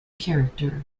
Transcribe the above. character